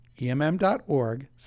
emm.org